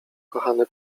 kochany